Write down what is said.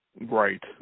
Right